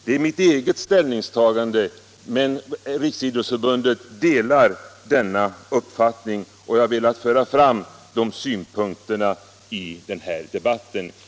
Det är mitt eget ställningstagande, men Riksidrottsförbundet delar denna uppfattning, och jag har velat föra fram de här synpunkterna i debatten.